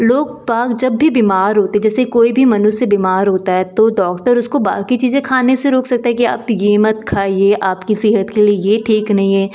लोग बाग जब भी बीमार होते हैं जैसे कोई भी मनुष्य बीमार होता है तो डॉक्टर उसको बाकी चीज़ें खाने से रोक सकता है कि आप यह मत खाइए आपकी सेहत के लिए यह ठीक नहीं है